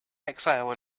exile